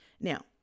Now